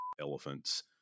elephants